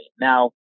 now